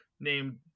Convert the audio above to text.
named